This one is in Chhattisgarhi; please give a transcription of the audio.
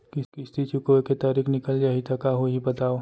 किस्ती चुकोय के तारीक निकल जाही त का होही बताव?